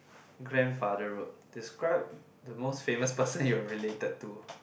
grandfather road describe the most famous person you're related to